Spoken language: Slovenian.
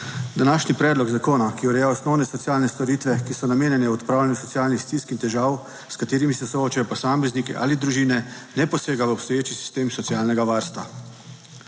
Današnji predlog zakona, ki ureja osnovne socialne storitve, ki so namenjene odpravljanju socialnih stisk in težav, s katerimi se soočajo posamezniki ali družine ne posega v obstoječi sistem socialnega varstva.